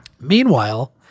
Meanwhile